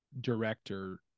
director